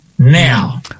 now